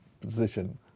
position